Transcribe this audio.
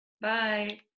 Bye